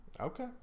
Okay